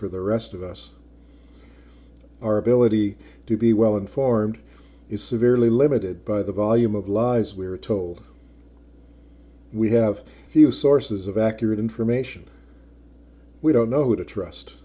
for the rest of us our ability to be well informed is severely limited by the volume of lies we are told we have few sources of accurate information we don't know who to trust